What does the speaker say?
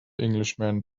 englishman